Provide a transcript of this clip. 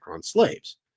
slaves